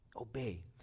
obey